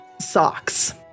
socks